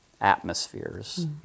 atmospheres